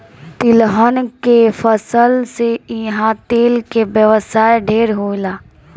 तिलहन के फसल से इहा तेल के व्यवसाय ढेरे होला